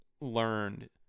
learned